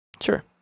Sure